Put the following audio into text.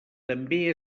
també